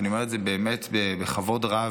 ואני אומר את זה באמת בכבוד רב,